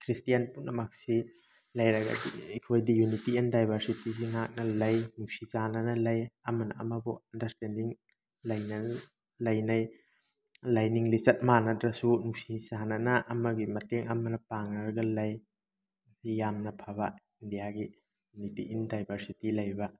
Christian ꯄꯨꯝꯅꯃꯛꯁꯤ ꯂꯩꯔꯒꯁꯨ ꯑꯩꯈꯣꯏꯗꯤ ꯌꯨꯅꯤꯇꯤ ꯏꯟ ꯗꯥꯏꯚꯔꯁꯤꯇꯤꯁꯤ ꯉꯥꯛꯅ ꯂꯩ ꯅꯨꯡꯁꯤ ꯆꯥꯟꯅꯅ ꯂꯩ ꯑꯃꯅ ꯑꯃꯕꯨ ꯑꯟꯗꯔꯁꯇꯦꯟꯗꯤꯡ ꯂꯩꯅꯅ ꯂꯩꯅꯩ ꯂꯥꯏꯅꯤꯡ ꯂꯤꯆꯠ ꯃꯥꯟꯅꯗ꯭ꯔꯁꯨ ꯅꯨꯡꯁꯤ ꯆꯥꯅꯅ ꯑꯃꯒꯤ ꯃꯇꯦꯡ ꯑꯃꯅ ꯄꯥꯡꯅꯔꯒ ꯂꯩ ꯌꯥꯝꯅ ꯐꯕ ꯏꯟꯗꯤꯌꯥꯒꯤ ꯌꯨꯅꯤꯇꯤ ꯏꯟ ꯗꯥꯏꯚꯔꯁꯤꯇꯤ ꯂꯩꯕ